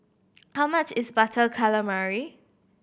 how much is Butter Calamari